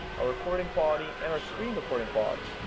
recording quality and our screen recording quality.